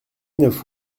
neuf